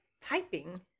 typing